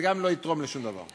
וגם לא יתרום לשום דבר.